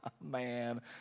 Man